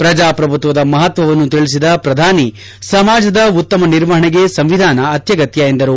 ಪ್ರಜಾಪ್ರಭುತ್ವದ ಮಹತ್ವವನ್ನು ತಿಳಿಸಿದ ಪ್ರಧಾನಿ ಸಮಾಜದ ಉತ್ತಮ ನಿರ್ವಹಣೆಗೆ ಸಂವಿಧಾನ ಅತ್ಯಗತ್ಯ ಎಂದರು